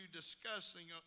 discussing